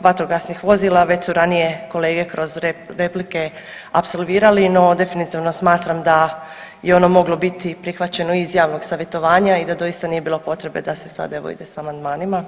vatrogasnih vozila, već su ranije kolege kroz replike apsolvirali, no definitivno smatram da je ono moglo biti prihvaćeno iz javnog savjetovanja i da doista nije bilo potrebe da se sad evo ide sa amandmanima.